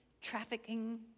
trafficking